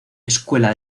escuela